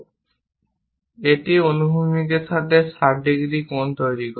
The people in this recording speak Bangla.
এবং এটি অনুভূমিকটির সাথে 60 ডিগ্রি কোণ তৈরি করে